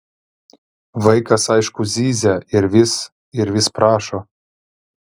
vaikas aišku zyzia ir vis ir vis prašo